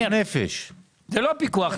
זה פיקוח נפש.